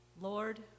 Lord